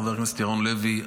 חבר הכנסת ירון לוי,